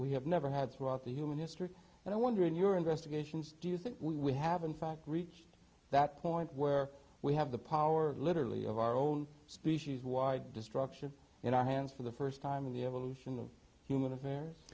we have never had throughout the human history and i wonder in your investigations do you think we have in fact reached that point where we have the power literally of our own species wide destruction in our hands for the st time in the evolution of human affairs